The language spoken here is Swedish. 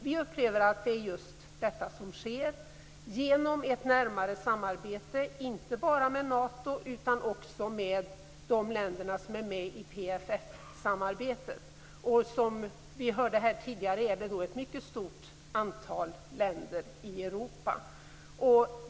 Vi upplever att det är just detta som sker genom ett närmare samarbete, inte bara med Nato, utan också med de länder som är med i PFF-samarbetet. Som vi hörde tidigare är det ett mycket stort antal länder i Europa.